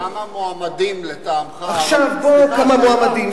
כמה מועמדים, לטעמך, עכשיו כמה מועמדים?